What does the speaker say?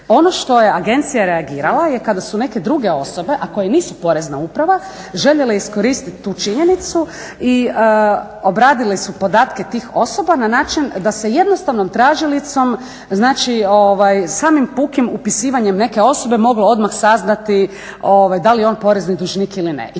Ono što je agencija reagirala je kada su neke druge osobe, a koje nisu porezna uprava željele iskoristiti tu činjenicu i obradile su podatke tih osoba na način da se jednostavnom tražilicom samim pukim upisivanjem neke osobe moglo odmah saznati da li je on porezni dužnik ili ne.